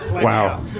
Wow